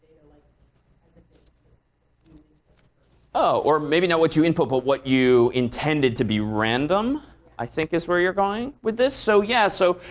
like or maybe not what you input but what you intended to be random i think is where you're going with this? so, yeah. so,